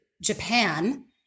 Japan